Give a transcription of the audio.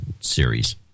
series